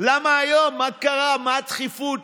למה היום, מה קרה, מה הדחיפות?